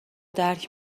درک